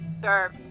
Sir